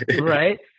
Right